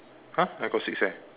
!huh! I got six eh